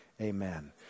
Amen